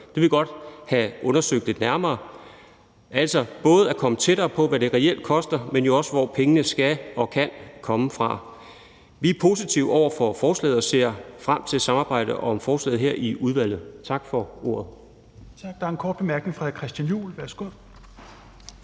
Det vil vi godt have undersøgt lidt nærmere, altså både komme tættere på, hvad det reelt koster, men jo også komme frem til, hvor pengene kan og skal komme fra. Vi er positive over for forslaget og ser frem til samarbejdet om det her i udvalget. Tak for ordet.